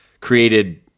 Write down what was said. created